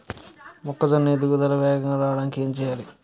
మొక్కజోన్న ఎదుగుదల వేగంగా రావడానికి ఏమి చెయ్యాలి?